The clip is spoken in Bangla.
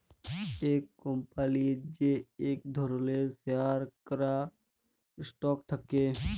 ইক কম্পলির যে ইক ধরলের শেয়ার ক্যরা স্টক থাক্যে